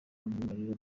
myugariro